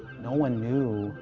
no one knew